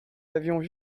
avions